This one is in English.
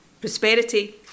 prosperity